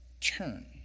turn